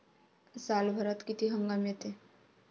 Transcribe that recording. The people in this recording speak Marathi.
सालभरात किती हंगाम येते?